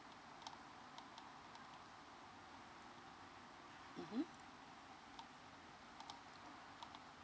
mmhmm